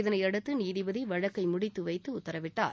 இதனையடுத்துநீதிபதிவழக்கைமுடித்துவைத்துஉத்தரவிட்டார்